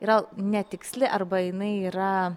yra netiksli arba jinai yra